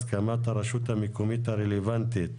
הסכמת הרשות המקומית הרלוונטית,